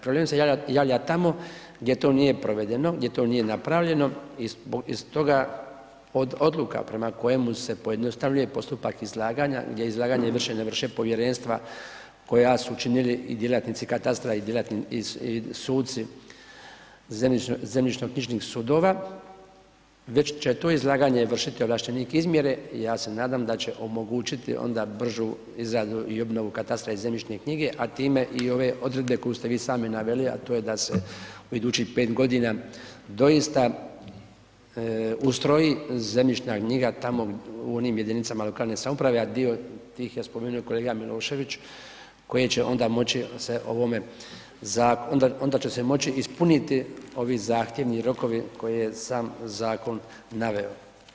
Problem se javlja tamo gdje to nije provedeno, gdje to nije napravljeno, i stoga odluka prema kojemu se pojednostavljuje postupak izlaganja, gdje izlaganje vrše ne vrše povjerenstva koja su činili i djelatnici katastra i suci zemljišnoknjižnih sudova, već će tu izlaganje vršiti ovlaštenik izmjere i ja se nadam da će omogućiti onda bržu izradu i obnovu katastra i zemljišne knjige, a time i ove odredbe koju ste vi sami naveli, a to je da se idućih 5 godina doista ustroji zemljišna knjiga tamo u onim jedinicama lokalne samouprave, a dio ih je spomenuo kolega Milošević, koje će onda moći se ovome zakonu, onda će se moći ispuniti ovih zahtjevni rokovi koje sam zakon naveo.